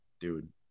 dude